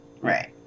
right